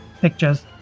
pictures